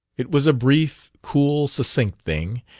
it was a brief, cool, succinct thing,